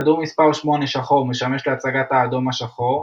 כדור מספר 8 - שחור - משמש להצגת האדם השחור.